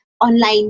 online